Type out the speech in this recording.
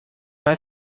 mal